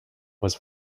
was